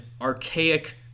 archaic